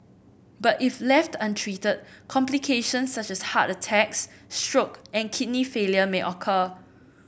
but if left untreated complications such as heart attacks stroke and kidney failure may occur